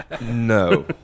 No